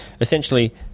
essentially